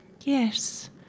Yes